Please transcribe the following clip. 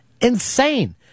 Insane